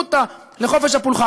הזכות לחופש הפולחן.